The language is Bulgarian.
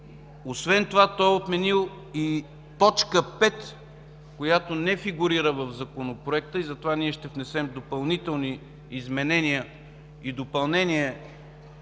Освен това той е отменил и т. 5, която не фигурира в Законопроекта и затова ние ще внесем допълнителни изменения и допълнения